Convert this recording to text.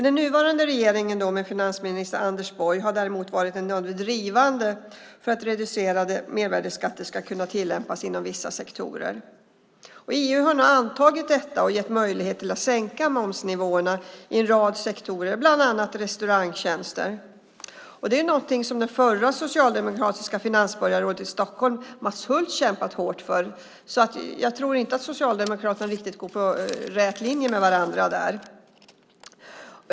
Den nuvarande regeringen, med finansminister Anders Borg, har däremot varit en av de drivande för att reducerade mervärdesskatter ska kunna tillämpas inom vissa sektorer. EU har nu antagit detta och gett möjlighet att sänka momsnivåerna i en rad sektorer, bland annat restaurangtjänster. Det är något som det förra socialdemokratiska finansborgarrådet i Stockholm, Mats Hulth, kämpat hårt för. Jag tror inte att Socialdemokraterna går riktigt på rät linje med varandra.